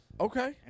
Okay